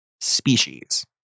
species